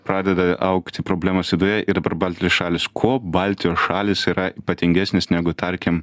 pradeda augti problemos viduje ir dabar baltijos šalys kuo baltijos šalys yra ypatingesnės negu tarkim